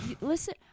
listen